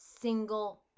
single